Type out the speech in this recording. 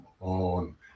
on